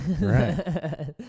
Right